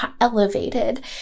elevated